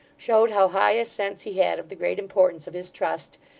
showed how high a sense he had of the great importance of his trust,